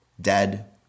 dead